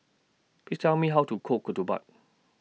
Please Tell Me How to Cook Ketupat